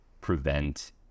prevent